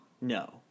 No